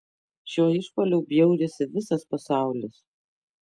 šiuo išpuoliu bjaurisi visas pasaulis